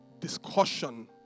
discussion